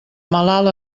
malalt